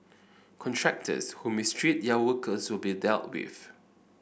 contractors who mistreat their workers will be dealt with